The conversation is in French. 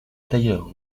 tailleur